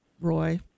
Roy